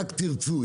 רק תרצו.